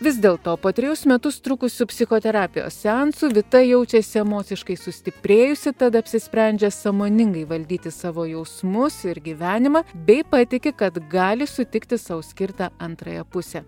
vis dėl to po trejus metus trukusių psichoterapijos seansų vita jaučiasi emociškai sustiprėjusi tad apsisprendžia sąmoningai valdyti savo jausmus ir gyvenimą bei patiki kad gali sutikti sau skirtą antrąją pusę